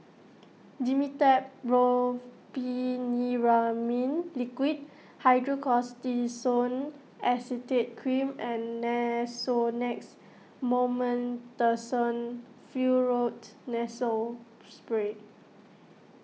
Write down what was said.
Dimetapp Brompheniramine Liquid Hydrocortisone Acetate Cream and Nasonex Mometasone Furoate Nasal Spray